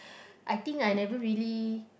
I think I never really